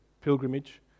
pilgrimage